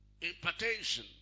Impartation